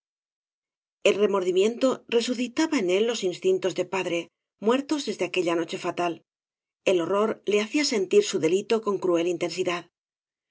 el remordimiento resucitaba en él los instintos v blasco ibáñkz de padre muertes desde aquella noche fatal el horror le hacía sentir su delito con cruel intensidad